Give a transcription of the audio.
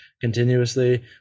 continuously